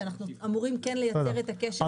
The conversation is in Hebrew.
שאנחנו אמורים כן לייצר את הקשר הזה.